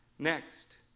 Next